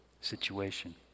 situation